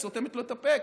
היא סותמת לו את הפה,